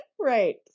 Right